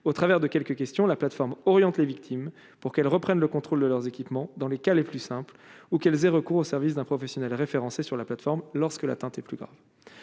au travers de quelques questions, la plateforme oriente les victimes pour qu'elles reprennent le contrôle de leurs équipements dans les cas les plus simple ou qu'elles aient recours aux services d'un professionnel référencés sur la plateforme, lorsque l'atteinte est plus grave,